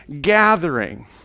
gathering